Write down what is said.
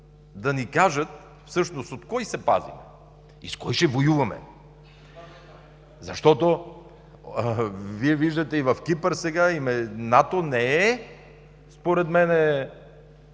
да ни кажат всъщност от кой се пазим и с кой ще воюваме. Защото Вие виждате и в Кипър сега, НАТО не е според мен…,